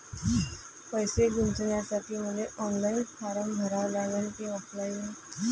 पैसे गुंतन्यासाठी मले ऑनलाईन फारम भरा लागन की ऑफलाईन?